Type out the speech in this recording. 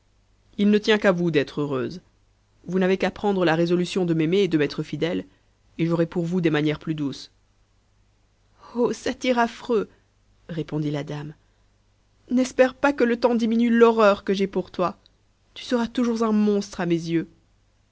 ii ne tient qu'à vous d'être heureuse vous n'avez qu'à prendre la résolution de m'aimer et de m'être fidèle et j'aurai pour vous des manières plus douées satyre affreux répondit la dame n'espère pas que le temps diminue l'horreur que j'ai pour toi tu seras toujours un monstre à mes yeux